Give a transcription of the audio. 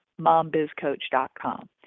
mombizcoach.com